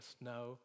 No